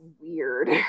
weird